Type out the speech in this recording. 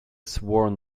sworn